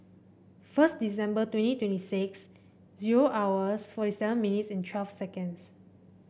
first December twenty twenty six zero hours forty seven minutes and twelve seconds